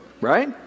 Right